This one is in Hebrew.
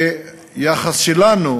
והיחס שלנו,